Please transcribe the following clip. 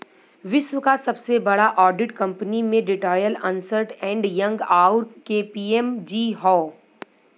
विश्व क सबसे बड़ा ऑडिट कंपनी में डेलॉयट, अन्सर्ट एंड यंग, आउर के.पी.एम.जी हौ